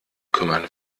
kümmern